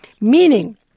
meaning